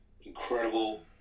incredible